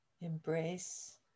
embrace